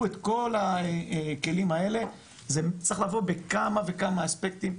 את כל הכלים האלה זה צריך לבוא בכמה וכמה אספקטים,